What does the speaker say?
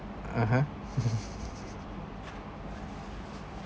(uh huh)